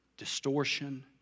Distortion